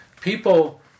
people